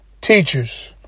teachers